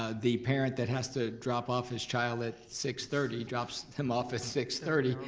ah the parent that has to drop off his child at six thirty drops him off at six thirty.